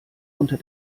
unter